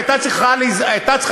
והיא הייתה צריכה להתנצל,